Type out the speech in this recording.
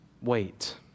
Wait